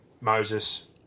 Moses